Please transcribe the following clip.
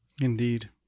Indeed